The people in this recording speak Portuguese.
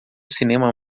cinema